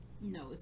No